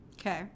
Okay